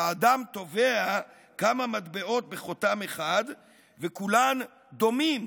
שאדם טובע כמה מטבעות בחותם אחד וכולן דומין